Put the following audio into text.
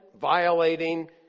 violating